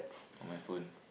on my phone